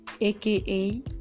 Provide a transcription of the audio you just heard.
aka